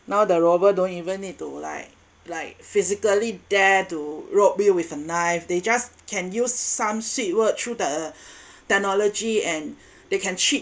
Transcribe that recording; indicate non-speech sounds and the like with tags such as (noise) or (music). now the robber don't even need to like like physically dare to rob you with a knife they just can use some sweet word through the (breath) technology and (breath) they can cheat